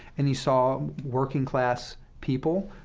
and you saw working-class people.